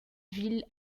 villes